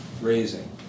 raising